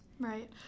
Right